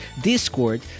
Discord